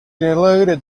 diluted